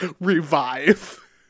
revive